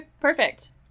Perfect